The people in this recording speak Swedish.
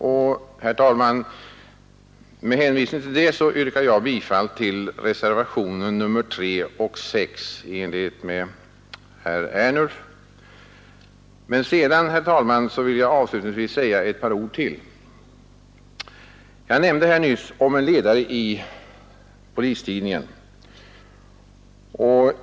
Med hänvisning till detta yrkar jag i likhet med herr Ernulf bifall till reservationerna 3 och 6. Herr talman! Avslutningsvis vill jag säga ytterligare några ord. Jag citerade nyss ur en ledare i Polistidningen.